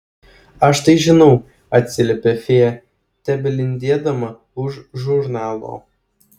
aš tai žinau atsiliepia fėja tebelindėdama už žurnalo